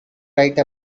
write